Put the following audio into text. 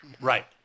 Right